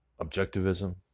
objectivism